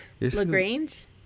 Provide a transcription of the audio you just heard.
LaGrange